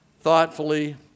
thoughtfully